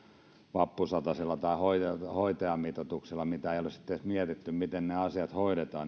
vappusatasilla tai hoitajamitoituksilla mitä ei ole sitten edes mietitty miten ne asiat hoidetaan